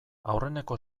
aurreneko